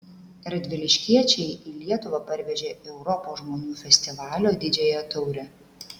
radviliškiečiai į lietuvą parvežė europos žmonių festivalio didžiąją taurę